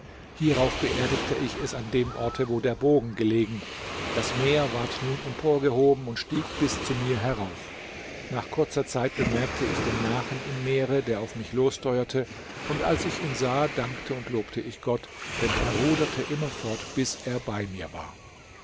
hierauf beerdigte ich es an dem orte wo der bogen gelegen das meer ward nun emporgehoben und stieg bis zu mir herauf nach kurzer zeit bemerkte ich den nachen im meere der auf mich lossteuerte und als ich ihn sah dankte und lobte ich gott denn er ruderte immer fort bis er bei mir war